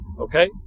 okay